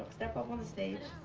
step up on the stage.